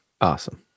Awesome